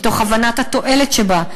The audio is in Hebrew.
מתוך הבנת התועלת שבה,